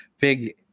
big